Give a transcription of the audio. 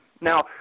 now